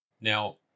Now